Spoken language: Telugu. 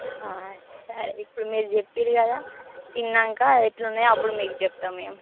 సరే ఇప్పుడు మీరు చెప్పిర్రు కదా తిన్నాక ఏట్ల ఉన్నాయో అప్పుడు మీకు చెప్తాం మేము